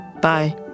Bye